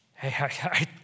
Hey